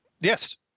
Yes